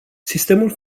sistemul